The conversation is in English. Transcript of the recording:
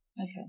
Okay